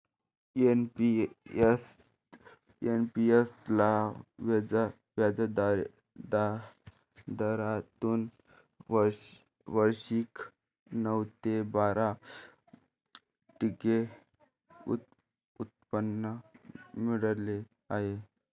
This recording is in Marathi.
एन.पी.एस ला व्याजदरातून वार्षिक नऊ ते बारा टक्के उत्पन्न मिळाले आहे